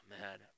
man